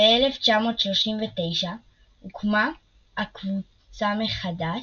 ב-1939 הוקמה הקבוצה מחדש,